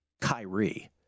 Kyrie